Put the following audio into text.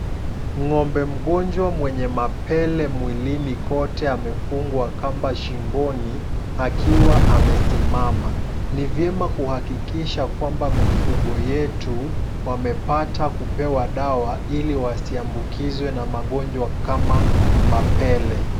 Ng'ombe mgonjwa mwenye mapele mwilini kote amefungwa kamba shingoni, akiwa amesimama. Ni vyema kuhakikisha kwamba mifugo wetu wamepata kupewa dawa, ili wasiambukizwe na magonjwa kama mapele.